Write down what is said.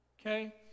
okay